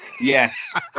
yes